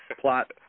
plot